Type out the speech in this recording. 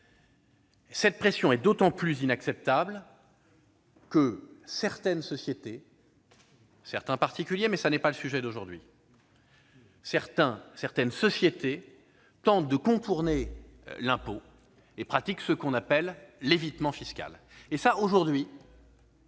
Cette pression est d'autant plus inacceptable que certaines sociétés- de même que certains particuliers, mais ce n'est pas le sujet de cet après-midi -tentent de contourner l'impôt en pratiquant ce qu'on appelle l'évitement fiscal. Or, aujourd'hui,